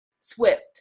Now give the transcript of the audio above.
Swift